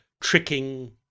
tricking